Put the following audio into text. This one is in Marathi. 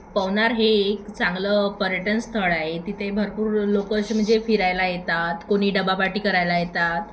पवनार हे एक चांगलं पर्यटन स्थळ आहे तिथे भरपूर लोक अशी म्हणजे फिरायला येतात कोणी डबा पाटी करायला येतात